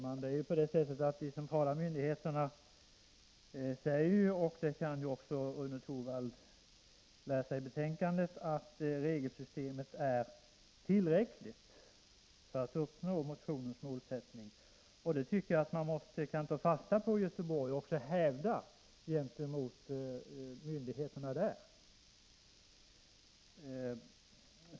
Herr talman! De centrala myndigheterna säger ju — det kan Rune Torwald läsa i betänkandet — att regelsystemet är tillräckligt för att uppnå motionens målsättning. Det tycker jag att man kan ta fasta på i Göteborg och hävda gentemot myndigheterna där.